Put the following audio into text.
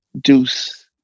Deuce